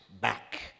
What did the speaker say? back